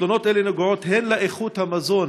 תלונות אלו נוגעות הן לאיכות המזון